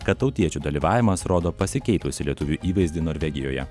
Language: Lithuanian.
kad tautiečių dalyvavimas rodo pasikeitusį lietuvių įvaizdį norvegijoje